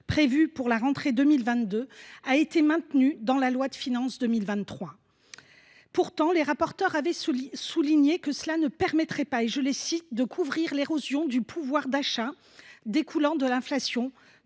prévue pour la rentrée 2022, a été maintenue dans la loi de finances pour 2023. Pourtant, les rapporteurs avaient souligné que cela ne permettrait pas de « couvrir l’érosion du pouvoir d’achat découlant de l’inflation